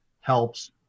helps